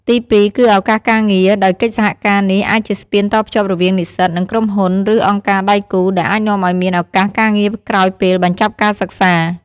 ទីពីរគឺឱកាសការងារ ដោយកិច្ចសហការនេះអាចជាស្ពានតភ្ជាប់រវាងនិស្សិត និងក្រុមហ៊ុន ឬអង្គការដៃគូ ដែលអាចនាំឱ្យមានឱកាសការងារក្រោយពេលបញ្ចប់ការសិក្សា។